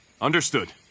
understood